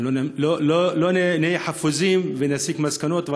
אנחנו לא נהיה חפוזים ונסיק מסקנות.